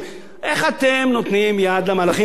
איך אתם נותנים יד למהלכים האלה?